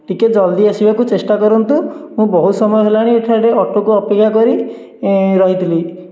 ଟିକେ ଜଲଦି ଆସିବାକୁ ଚେଷ୍ଟା କରନ୍ତୁ ମୁଁ ବହୁତ ସମୟ ହେଲାଣି ଏଠାରେ ଅଟୋକୁ ଅପେକ୍ଷା କରି ରହିଥିଲି